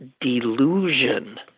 delusion